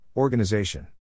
Organization